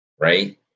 right